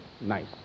Nice